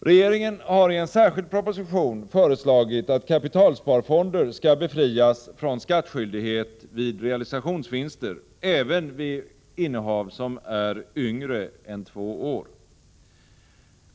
Regeringen har i en särskild proposition föreslagit att kapitalsparfonder skall befrias från skattskyldighet vid realisationsvinster även vid innehav som är yngre än två år.